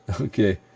okay